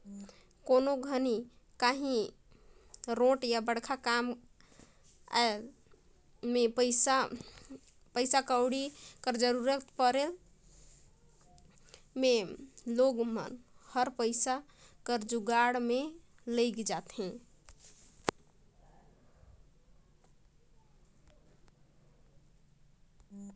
कोनो घनी काहीं बड़खा काम कर आए में पइसा कउड़ी कर जरूरत परे में मइनसे हर पइसा कर जुगाड़ में लइग जाथे